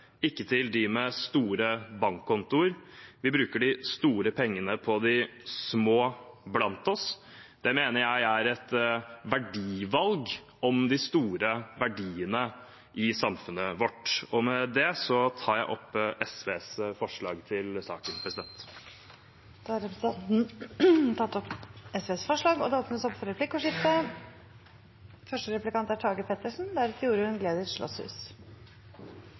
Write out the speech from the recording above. ikke til dem med store bankkontoer. Vi bruker de store pengene på de små blant oss. Det mener jeg er et verdivalg om de store verdiene i samfunnet vårt. Med det anbefaler jeg SVs forslag til saken. Det blir replikkordskifte. Det er et gode at vi har et mangfold av tilbydere på barnevernsområdet, og regjeringen ønsker å legge til rette for dette. Målet er selvfølgelig høy kvalitet, valgfrihet og tilpassing til det